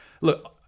look